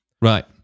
Right